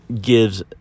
gives